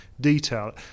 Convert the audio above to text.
detail